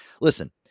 listen